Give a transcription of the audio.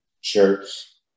Shirts